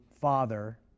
Father